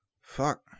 Fuck